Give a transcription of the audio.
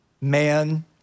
man